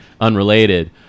unrelated